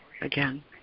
again